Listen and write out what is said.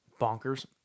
bonkers